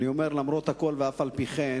אני אומר: למרות הכול, ואף-על-פי-כן,